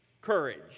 courage